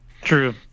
True